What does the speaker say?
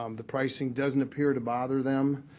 um the pricing doesn't appear to bother them.